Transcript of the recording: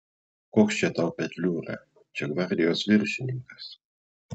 koks čia tau petliūra čia gvardijos viršininkas